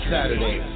Saturday